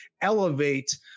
elevate